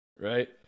right